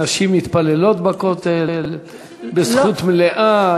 נשים מתפללות בכותל בזכות מלאה,